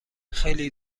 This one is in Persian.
خیلی